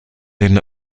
den